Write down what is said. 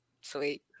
Sweet